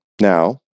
Now